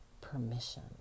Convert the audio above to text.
permission